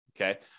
okay